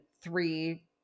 three